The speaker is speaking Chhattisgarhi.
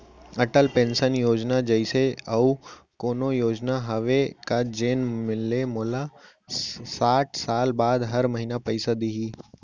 अटल पेंशन योजना जइसे अऊ कोनो योजना हावे का जेन ले मोला साठ साल बाद हर महीना पइसा दिही?